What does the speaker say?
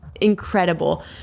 incredible